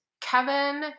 Kevin